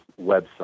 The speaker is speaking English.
website